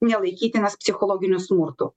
nelaikytinas psichologiniu smurtu